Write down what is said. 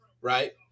right